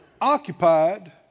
occupied